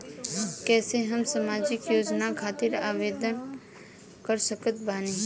कैसे हम सामाजिक योजना खातिर आवेदन कर सकत बानी?